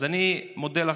אז אני מודה לך,